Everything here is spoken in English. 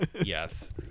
Yes